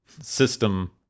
system